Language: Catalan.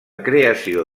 creació